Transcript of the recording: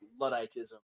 ludditism